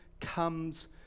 comes